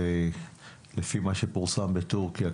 לפי מה שפורסם בטורקיה,